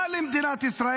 חברת הכנסת גוטליב.